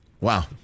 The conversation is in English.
Wow